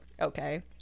okay